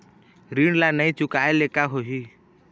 ऋण ला नई चुकाए ले का होही?